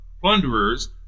plunderers